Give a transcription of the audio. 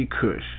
Kush